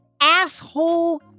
Asshole